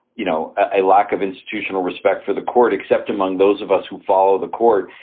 you know, a lack of institutional respect for the court except among those of us who follow the court.